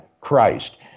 Christ